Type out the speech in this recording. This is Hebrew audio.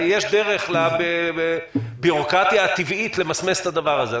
יש דרך לבירוקרטיה הטבעית למסמס את הדבר הזה.